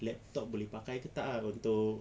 laptop boleh pakai ke tak untuk